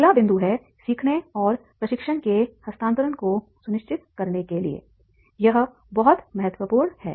अगला बिंदु है सीखने और प्रशिक्षण के हस्तांतरण को सुनिश्चित करने के लिए यह बहुत महत्वपूर्ण है